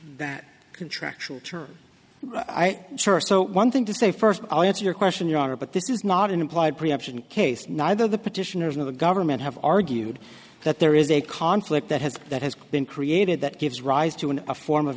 that contractual term i'm sure so one thing to say first i'll answer your question your honor but this is not an implied preemption case neither the petitioners in the government have argued that there is a conflict that has that has been created that gives rise to an a form of